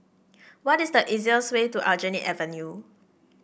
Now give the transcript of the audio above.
what is the easiest way to Aljunied Avenue